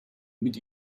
mit